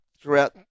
throughout